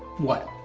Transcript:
what?